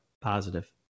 positive